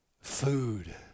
food